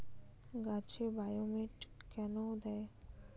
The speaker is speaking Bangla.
গাছে বায়োমেট কেন দেয়?